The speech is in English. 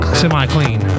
semi-clean